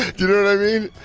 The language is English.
you know what i mean?